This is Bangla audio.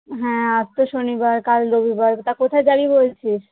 হ্যাঁ আজ তো শনিবার কাল রবিবার তা কোথায় যাবি বলছিস